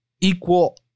equal